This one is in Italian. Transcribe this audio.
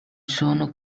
sono